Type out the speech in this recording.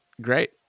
great